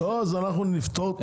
אנחנו נפתור את זה.